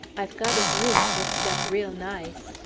i've got his room fixed up real nice.